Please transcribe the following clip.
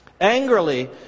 angrily